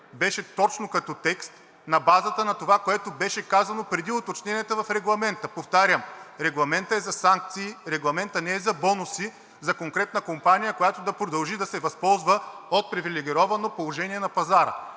беше точно като текст на базата на това, което беше казано преди уточненията в регламента. Повтарям, Регламентът е за санкции, Регламентът не е за бонуси за конкретна компания, която да продължи да се възползва от привилегировано положение на пазара,